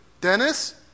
Dennis